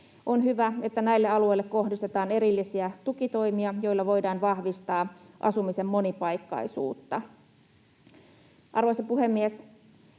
On hyvä, että näille alueille kohdistetaan erillisiä tukitoimia, joilla voidaan vahvistaa asumisen monipaikkaisuutta. Arvoisa puhemies!